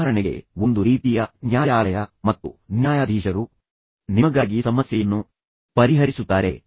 ಉದಾಹರಣೆಗೆ ಒಂದು ರೀತಿಯ ನ್ಯಾಯಾಲಯ ಮತ್ತು ನಂತರ ಈ ನ್ಯಾಯಾಧೀಶರು ಅಕ್ಷರಶಃ ಕುಳಿತುಕೊಳ್ಳುತ್ತಾರೆ ಮತ್ತು ನಂತರ ನಿಮಗಾಗಿ ಸಮಸ್ಯೆಯನ್ನು ಹರಿಸುತ್ತಾರೆ